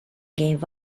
gave